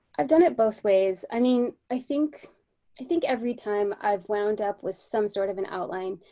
i've done it both ways. i mean, i think i think every time i've wound up with some sort of an outline.